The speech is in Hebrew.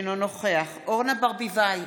אינו נוכח אורנה ברביבאי,